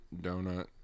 donut